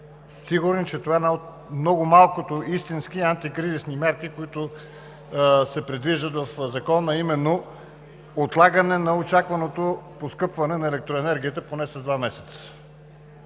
сигурни, че това е една от много малкото истински антикризисни мерки, които се предвиждат в Закон, а именно отлагане на очакваното поскъпване на електроенергията поне с два месеца.